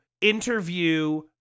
interview